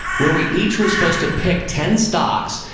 where we each were supposed to pick ten stocks.